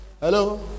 Hello